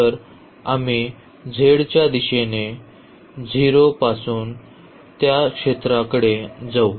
तर आम्ही z च्या दिशेने 0 पासून त्या क्षेत्राकडे जाऊ